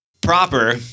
proper